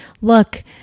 look